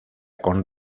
con